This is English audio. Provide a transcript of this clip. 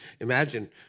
Imagine